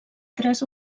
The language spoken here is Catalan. tres